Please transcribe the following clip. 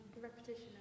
repetition